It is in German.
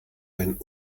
einen